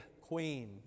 queen